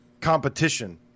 competition